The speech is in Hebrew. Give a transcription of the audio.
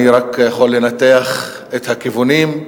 אני רק יכול לנתח את הכיוונים.